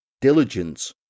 Diligence